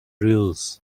rules